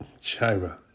Shira